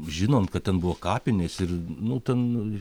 žinant kad ten buvo kapinės ir nu ten